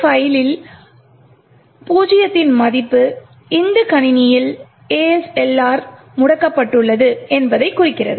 இந்த பைலில் 0 இன் மதிப்பு இந்த கணினியில் ASLR முடக்கப்பட்டுள்ளது என்பதைக் குறிக்கிறது